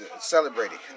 celebrating